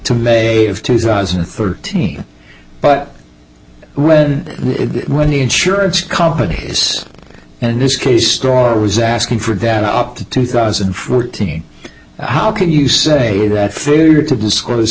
to may of two thousand and thirteen but when it when the insurance companies and this case store was asking for that up to two thousand and fourteen how can you say that food or to disclose